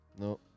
No